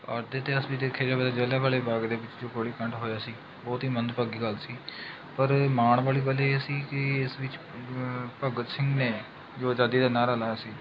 ਅੱਜ ਦੇ ਇਤਿਹਾਸ ਵਿੱਚ ਦੇਖਿਆ ਜਾਵੇ ਤਾਂ ਜ਼ਲ੍ਹਿਆਂ ਵਾਲੇ ਬਾਗ ਦੇ ਵਿੱਚ ਜੋ ਗੋਲੀ ਕਾਂਡ ਹੋਇਆ ਸੀ ਬਹੁਤ ਹੀ ਮੰਦਭਾਗੀ ਗੱਲ ਸੀ ਪਰ ਮਾਣ ਵਾਲੀ ਗੱਲ ਇਹ ਸੀ ਕਿ ਇਸ ਵਿੱਚ ਭਗਤ ਸਿੰਘ ਨੇ ਜੋ ਆਜ਼ਾਦੀ ਦਾ ਨਾਅਰਾ ਲਾਇਆ ਸੀ